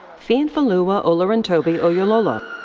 fiyinfoluwa oloruntobi oyolola.